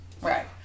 right